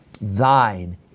Thine